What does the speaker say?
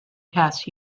past